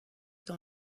dans